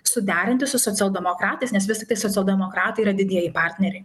suderinti su socialdemokratais nes vis tiktai socialdemokratai yra didieji partneriai